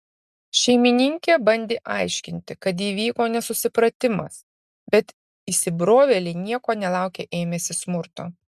šeimininkė bandė aiškinti kad įvyko nesusipratimas bet įsibrovėliai nieko nelaukę ėmėsi smurto